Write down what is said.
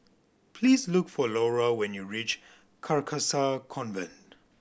please look for Laura when you reach Carcasa Convent